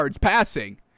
passing